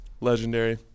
Legendary